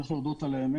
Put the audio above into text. צריך להודות על האמת.